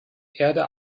erde